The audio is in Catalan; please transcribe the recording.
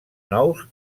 nous